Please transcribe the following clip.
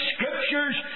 Scriptures